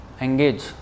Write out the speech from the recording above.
engage